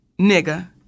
nigga